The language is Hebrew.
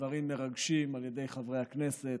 ודברים מרגשים על ידי חברי הכנסת,